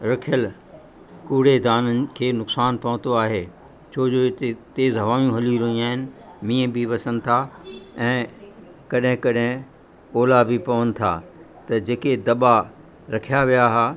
रखियल कूड़ेदाननि खे नुक़सानु पहुतो आहे छो जो हिते तेज़ु हवाऊं हली रहियूं आहिनि मींहुं बि वसनि था ऐं कॾहिं कॾहिं ओला बि पवनि था त जेके दॿा रखिया विया हुआ